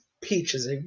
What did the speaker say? peaches